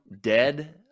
Dead